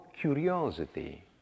curiosity